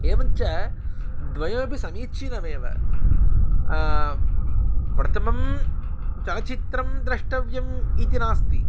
एवं च द्वयमपि समीचीनमेव प्रथमं चलचित्रं द्रष्टव्यम् इति नास्ति